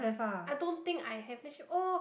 I don't think I have then she oh